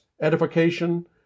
edification